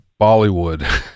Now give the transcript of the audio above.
Bollywood